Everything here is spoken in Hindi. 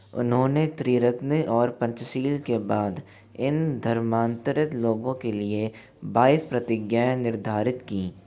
उन्होंने त्रीरत्न और पंचशील के बाद इन धर्मान्तरित लोगों के लिए बाईस प्रतिज्ञाएँ निर्धारित कीं